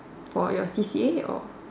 for your C_C_A or